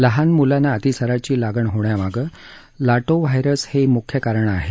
लहान मुलांना अतिसाराची लागण होण्यामागे लाटोव्हायरस हे मुख्य कारण आहे